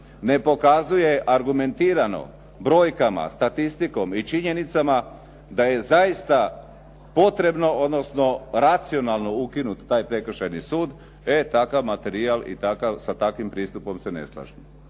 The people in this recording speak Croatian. ne pokazuje argumentirano brojkama, statistikom i činjenicama da je zaista potrebno odnosno racionalno ukinuti taj prekršajni sud takav materijal i sa takvim pristupom se ne slažemo.